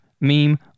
Meme